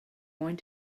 going